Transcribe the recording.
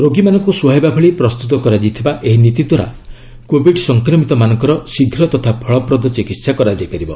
ରୋଗୀମାନଙ୍କୁ ସୁହାଇବା ଭଳି ପ୍ରସ୍ତୁତ କରାଯାଇଥିବା ଏହି ନୀତି ଦ୍ୱାରା କୋବିଡ୍ ସଂକ୍ରମିତମାନଙ୍କର ଶୀଘ୍ର ତଥା ଫଳପ୍ରଦ ଚିକିତ୍ସା କରାଯାଇ ପାରିବ